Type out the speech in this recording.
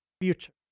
future